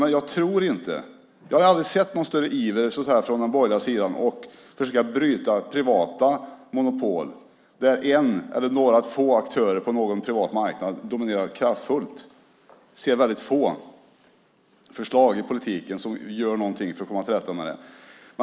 Men jag har aldrig sett någon större iver från den borgerliga sidan för att försöka bryta privata monopol, där en eller några få aktörer på en privat marknad dominerar kraftfullt. Jag ser väldigt få förslag i politiken om åtgärder för att komma till rätta med det.